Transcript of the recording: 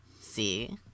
See